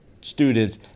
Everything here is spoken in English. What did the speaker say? students